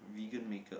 vegan makeup